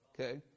Okay